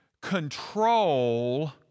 control